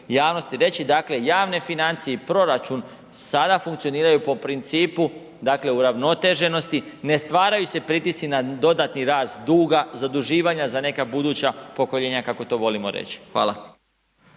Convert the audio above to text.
javnost reći dakle javne financije i proračun sada funkcioniraju po principu uravnoteženosti, ne stvaraju se pritisci na dodatni rast duga, zaduživanja za neka buduća pokoljenja kako to volimo reći. Hvala.